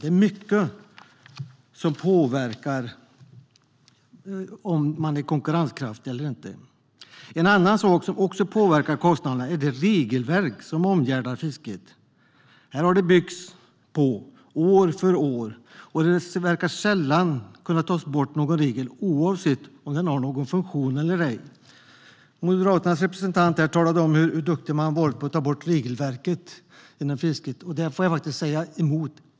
Det är mycket som påverkar om man är konkurrenskraftig eller inte. En annan sak som också påverkar kostnaderna är det regelverk som omgärdar fisket. Här har det byggts på år för år, och det verkar sällan kunna tas bort någon regel oavsett om den har någon funktion eller ej. Moderaternas representant här talade om hur duktiga man varit på att ta bort regelverket inom fisket. Där får jag faktiskt säga emot.